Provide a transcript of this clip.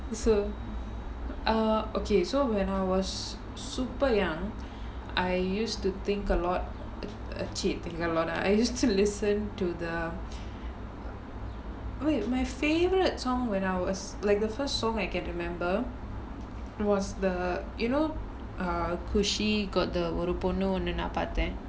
so err okay so when I was super young I used to think a lot err cheat think a lot I used to listen to the wait my favourite song when I was like the first song I can remember was the you know the cushy got the ஒரு பொண்ணு ஒன்னு நான் பாத்தேன்:oru ponnu onnu naan paathaen